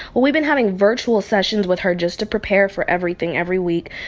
we've been having virtual sessions with her just to prepare for everything every week.